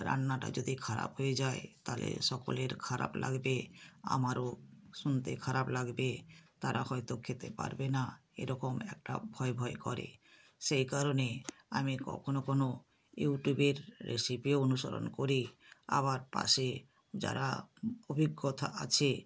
রান্নাটা যদি খারাপ হয়ে যায় তালে সকলের খারাপ লাগবে আমারও শুনতে খারাপ লাগবে তারা হয়তো খেতে পারবে না এরকম একটা ভয় ভয় করে সেই কারণে আমি কখনও কোনো ইউটিউবের রেসিপি অনুসরণ করি আবার পাশে যারা অভিজ্ঞতা আছে